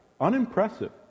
unimpressive